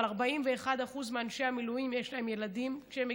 אבל ל-41% מאנשי המילואים יש ילדים,